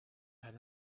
had